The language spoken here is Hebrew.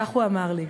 וכך הוא אמר לי: